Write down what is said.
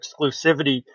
exclusivity